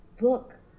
book